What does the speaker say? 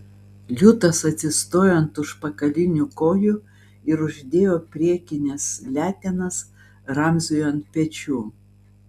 liūtas atsistojo ant užpakalinių kojų ir uždėjo priekines letenas ramziui ant pečių